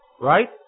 right